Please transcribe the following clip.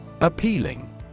Appealing